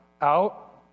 out